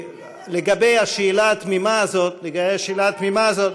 לגבי השאלה התמימה הזאת, לגבי השאלה התמימה הזאת,